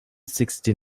sixty